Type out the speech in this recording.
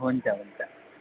हुन्छ हुन्छ